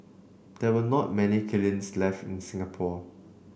there are not many kilns left in Singapore